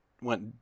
went